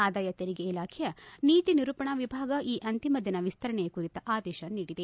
ಆದಾಯ ತೆರಿಗೆ ಇಲಾಖೆಯ ನೀತಿ ನಿರೂಪಣಾ ವಿಭಾಗ ಈ ಅಂತಿಮ ದಿನ ವಿಸ್ತರಣೆ ಕುರಿತ ಆದೇಶ ನೀಡಿದೆ